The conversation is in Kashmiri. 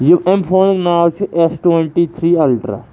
یہِ اَمہِ فونُک ناو چھُ اٮ۪س ٹُوَنٹی تھرٛی اَلٹَرٛا